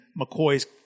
McCoy's